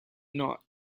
not